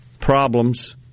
problems